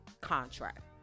contract